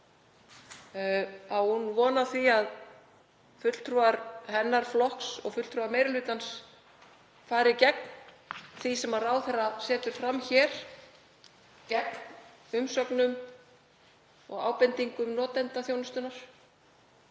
þá von á því að fulltrúar flokks hennar og fulltrúar meiri hlutans fari gegn því sem ráðherra setur fram hér, gegn umsögnum og ábendingum notenda þjónustunnar